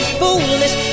foolish